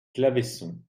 claveyson